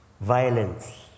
violence